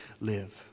live